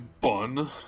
Bun